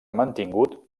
mantingut